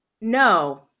No